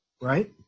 Right